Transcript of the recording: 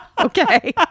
Okay